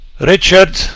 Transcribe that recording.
Richard